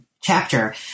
chapter